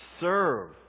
serve